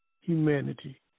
humanity